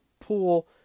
pool